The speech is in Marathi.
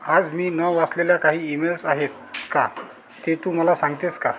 आज मी न वाचलेल्या काही ईमेल्स आहेत का ते तू मला सांगतेस का